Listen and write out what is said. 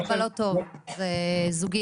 ארבעה זה לא טוב, זה זוגי.